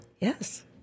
Yes